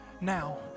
now